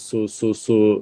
su su su